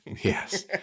Yes